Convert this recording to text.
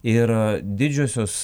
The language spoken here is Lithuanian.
ir didžiosios